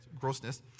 grossness